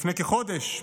לפני כחודש,